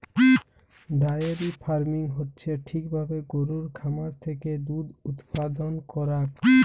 diary farming হচ্যে ঠিক ভাবে গরুর খামার থেক্যে দুধ উপাদান করাক